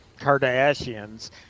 Kardashians